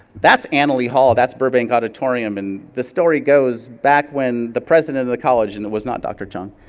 that's analy hall, that's burbank auditorium, and the story goes back when the president of the college, and it was not dr. chong,